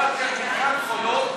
דיברתי על מתקן חולות,